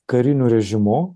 kariniu režimu